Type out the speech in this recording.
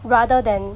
rather than